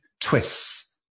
twists